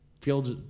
Fields